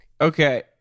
Okay